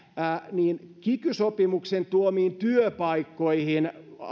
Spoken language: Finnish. niin kiky sopimuksen tuomiin työpaikkoihin